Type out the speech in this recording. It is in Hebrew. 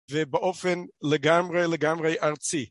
ובאופן לגמרי לגמרי ארצי.